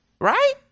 Right